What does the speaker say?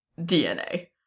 DNA